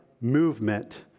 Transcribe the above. movement